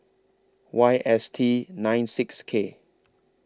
Y S T nine six K